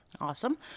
Awesome